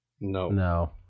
No